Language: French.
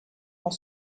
dans